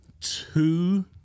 Two